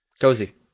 Cozy